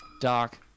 Doc